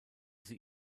sie